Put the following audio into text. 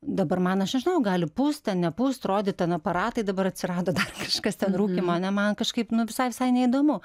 dabar man aš nežinau gali pūst ten nepūst rodyt ten aparatai dabar atsirado dar kažkas ten rūkymo man kažkaip nu visai visai neįdomu